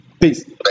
Peace